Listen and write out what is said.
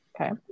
Okay